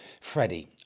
freddie